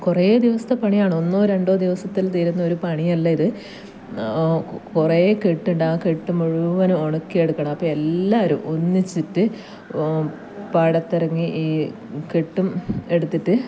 കുറേ ദിവസത്തെ പണിയാണ് ഒന്നോ രണ്ടോ ദിവസത്തിൽ തീരുന്ന ഒരു പണിയല്ല ഇത് കുറേ കെട്ടുണ്ട് ആ കെട്ട് മുഴുവനും ഉണക്കിയെടുക്കണം അപ്പോൾ എല്ലാവരും ഒന്നിച്ചിട്ട് പാടത്തിറങ്ങി ഈ കെട്ടും എടുത്തിട്ട്